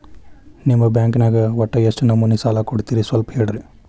ನಿಮ್ಮ ಬ್ಯಾಂಕ್ ನ್ಯಾಗ ಒಟ್ಟ ಎಷ್ಟು ನಮೂನಿ ಸಾಲ ಕೊಡ್ತೇರಿ ಸ್ವಲ್ಪ ಹೇಳ್ರಿ